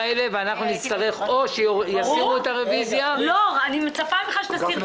ואנחנו מצפים שאו שיסירו את הרוויזיה --- אני מצפה מכם שתסירו